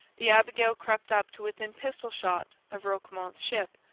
the abigail crept up to within pistol-shot of roquemont's ship,